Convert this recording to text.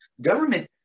Government